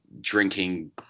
drinking